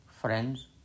friends